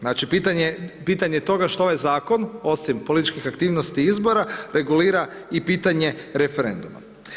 Znači, pitanje toga što ovaj Zakon osim političkih aktivnosti izbora, regulira i pitanje referenduma.